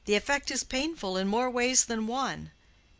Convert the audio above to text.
the effect is painful in more ways than one.